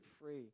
free